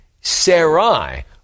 Sarai